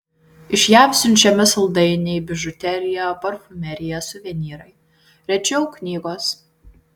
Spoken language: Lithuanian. iš jav siunčiami saldainiai bižuterija parfumerija suvenyrai rečiau knygos